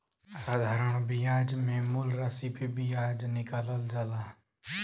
साधारण बियाज मे मूल रासी पे बियाज निकालल जाला